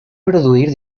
produir